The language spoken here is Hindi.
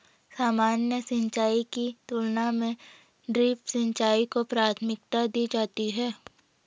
सामान्य सिंचाई की तुलना में ड्रिप सिंचाई को प्राथमिकता दी जाती है